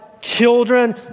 children